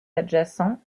adjacents